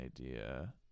idea